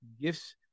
gifts